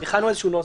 הכנו איזה נוסח.